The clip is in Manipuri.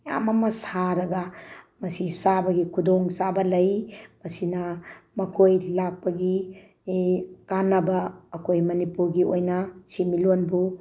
ꯃꯌꯥꯝ ꯑꯃ ꯁꯥꯔꯒ ꯃꯁꯤ ꯆꯥꯕꯒꯤ ꯈꯨꯗꯣꯡꯆꯥꯕ ꯂꯩ ꯃꯁꯤꯅ ꯃꯈꯣꯏ ꯂꯥꯛꯄꯒꯤ ꯀꯥꯟꯅꯕ ꯑꯩꯈꯣꯏ ꯃꯅꯤꯄꯨꯔꯒꯤ ꯑꯣꯏꯅ ꯁꯦꯟꯃꯤꯠꯂꯣꯟꯕꯨ